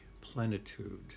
plenitude